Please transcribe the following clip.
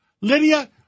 Lydia